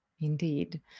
Indeed